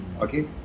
okay